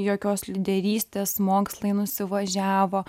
jokios lyderystės mokslai nusivažiavo